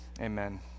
Amen